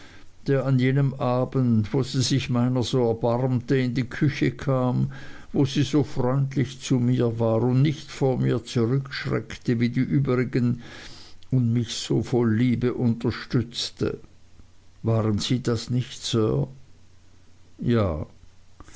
der an jenem abend wo sie sich meiner so erbarmte in die küche kam wo sie so freundlich zu mir war und nicht vor mir zurückschreckte wie die übrigen und mich so voll liebe unterstützte waren sie das nicht sir ja